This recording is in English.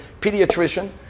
pediatrician